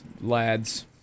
lads